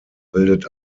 bildet